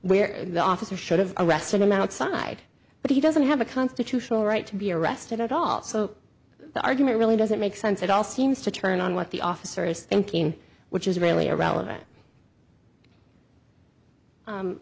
where the officer should've arrested him outside but he doesn't have a constitutional right to be arrested at all so the argument really doesn't make sense at all seems to turn on what the officer is thinking which is really irrelevant